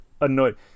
annoyed